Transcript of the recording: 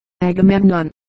Agamemnon